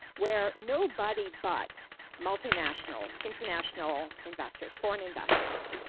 where nobody but multinationals, international investors, foreign investors,